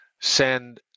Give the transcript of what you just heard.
send